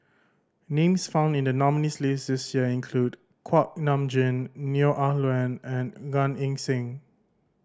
names found in the nominees' list this year include Kuak Nam Jin Neo Ah Luan and Gan Eng Seng